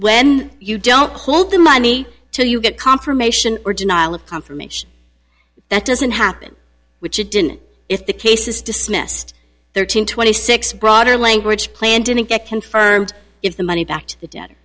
when you don't hold the money till you get confirmation or denial of confirmation that doesn't happen which it didn't if the case is dismissed thirteen twenty six broader language plan didn't get confirmed if the money backed the d